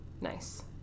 Nice